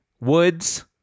Woods